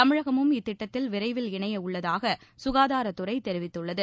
தமிழகமும் இத்திட்டத்தில் விரைவில் இணைய உள்ளதாக சுகாதாரத்துறை தெரிவித்துள்ளது